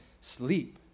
sleep